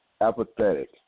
Apathetic